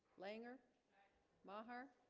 langer maher